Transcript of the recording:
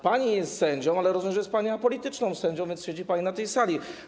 Pani jest sędzią, ale rozumiem, że jest pani apolityczną sędzią, więc siedzi pani na tej sali.